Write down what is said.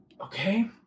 Okay